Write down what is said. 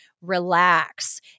relax